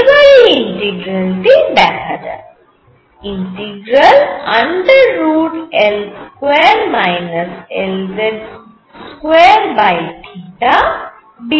এবারে এই ইন্টিগ্রালটি দেখা যাক ∫√L2 Lz2 dθ